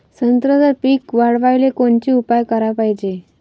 संत्र्याचं पीक वाढवाले कोनचे उपाव कराच पायजे?